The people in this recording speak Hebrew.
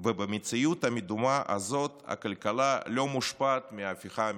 ושבמציאות המדומה הזאת הכלכלה לא מושפעת מההפיכה המשפטית: